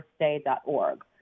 Earthday.org